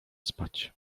spać